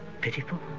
pitiful